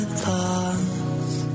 thoughts